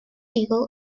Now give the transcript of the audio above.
eagle